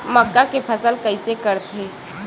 मक्का के फसल कइसे करथे?